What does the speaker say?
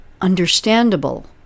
understandable